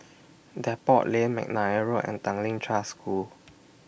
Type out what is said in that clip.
Depot Lane Mcnair Road and Tanglin Trust School